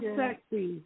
sexy